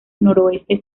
noroeste